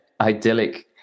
idyllic